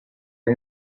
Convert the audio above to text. این